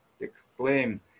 exclaim